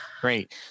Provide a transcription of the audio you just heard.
Great